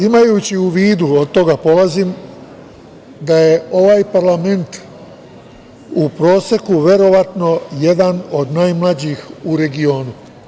Imajući u vidu, od toga polazim, da je ovaj parlament u proseku verovatno jedan od najmlađih u regionu.